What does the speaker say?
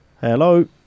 Hello